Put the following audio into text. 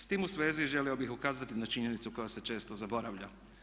S tim u svezi želio bih ukazati na činjenicu koja se često zaboravlja.